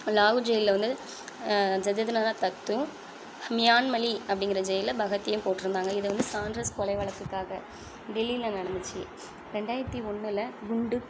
லாகூர் ஜெயில்ல வந்து ஜதேந்திரநாத் தத்தும் மியான்மலி அப்படிங்கிற ஜெயில்ல பகத்தையும் போட்டிருந்தாங்க இதை வந்து சான்ரஸ் கொலை வழக்குக்காக டெல்லியில நடந்துச்சு ரெண்டாயிரத்தி ஒன்றுல குண்டு